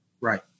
Right